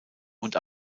und